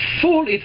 full